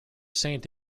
saint